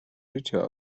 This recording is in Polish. życia